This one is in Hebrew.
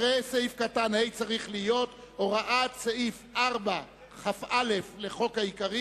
אחרי סעיף קטן (ה) צריך להיות: "הוראות סעיף 4כא לחוק העיקרי,